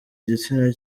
igitsina